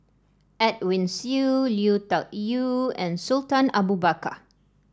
Edwin Siew Lui Tuck Yew and Sultan Abu Bakar